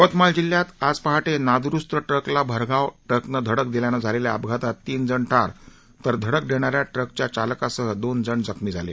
यवतमाळ जिल्ह्यात आज पहाटे नादूरुस्त ट्रकला भरधाव ट्रकनं धडक दिल्यानं झालेल्या अपघातात तीन जण ठार तर धडक देणाऱ्या ट्रकच्या चालकासह दोनजण जखमी झाले